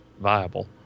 viable